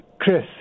Chris